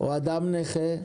אדם נכה,